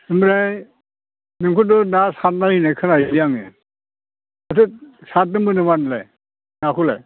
ओमफ्राय नोंखौथ' ना सारनाय होनना खोनायोलै आङो माथो सारदोंबो नामा नोंलाय नाखौलाय